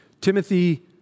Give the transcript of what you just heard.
Timothy